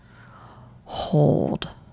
hold